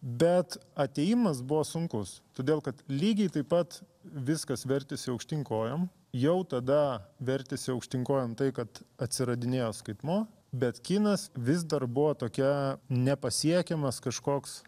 bet atėjimas buvo sunkus todėl kad lygiai taip pat viskas vertėsi aukštyn kojom jau tada vertėsi aukštyn kojom tai kad atsiradinėjo skaitmuo bet kinas vis dar buvo tokia nepasiekiamas kažkoks